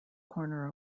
corner